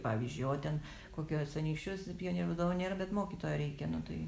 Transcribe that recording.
pavyzdžiui o ten kokiuos anykščius pionierių vadovo nėra bet mokytojo reikia nu tai